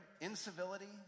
incivility